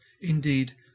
Indeed